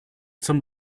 zum